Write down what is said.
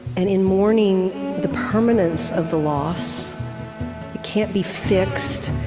and in mourning the permanence of the loss, it can't be fixed,